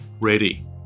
ready